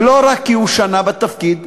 ולא רק כי הוא שנה בתפקיד.